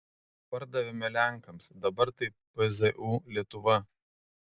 pardavėme lenkams dabar tai pzu lietuva